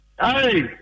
Hey